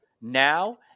now